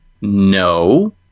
No